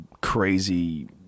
crazy